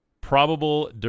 probable